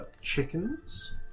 chickens